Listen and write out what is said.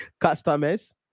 Customers